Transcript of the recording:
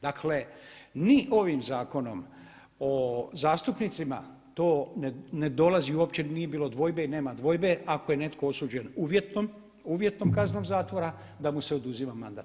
Dakle mi ovim zakonom o zastupnicima to ne dolazi uopće, nije bilo dvojbe i nema dvojbe ako je netko osuđen uvjetnom kaznom zatvora da mu se oduzima mandat.